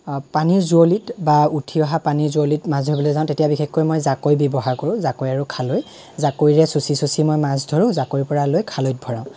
পানীৰ জুৱলিত বা উঠি অহা পানী জুৱলিত মাছ ধৰিবলৈ যাওঁ তেতিয়া বিশেষকৈ মই জাকৈ ব্যৱহাৰ কৰোঁ জাকৈ আৰু খালৈ জাকৈৰে চুচি চুচি মই মাছ ধৰোঁ জাকৈৰ পৰা লৈ খালৈত ভৰাওঁ